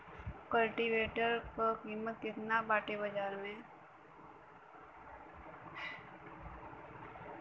कल्टी वेटर क कीमत केतना बाटे बाजार में?